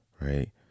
right